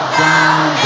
down